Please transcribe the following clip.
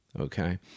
okay